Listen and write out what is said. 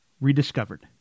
rediscovered